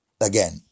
again